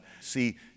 See